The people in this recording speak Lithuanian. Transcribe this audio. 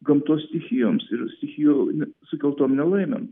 gamtos stichijoms ir tik jų sukeltom nelaimėm